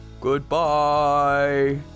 Goodbye